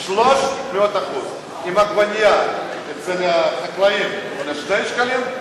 300%. אם עגבנייה אצל החקלאים עולה 2 שקלים,